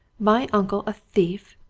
my uncle a thief!